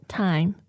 time